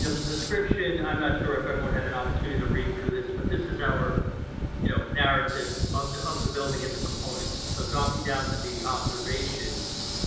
you know the description, i'm not sure if everyone had an opportunity to read through this, but this is our you know narrative of the of the building and the components. so dropping down to the observations.